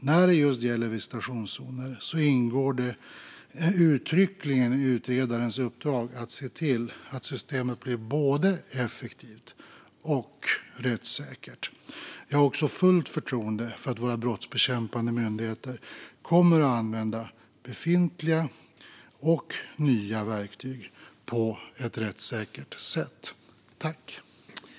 När det gäller just visitationszoner ingår det uttryckligen i utredarens uppdrag att se till att systemet blir både effektivt och rättssäkert. Jag har också fullt förtroende för att våra brottsbekämpande myndigheter kommer att använda befintliga och nya verktyg på ett rättssäkert sätt.